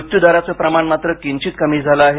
मृत्यू दराचं प्रमाण मात्र किंचित कमी झालं आहे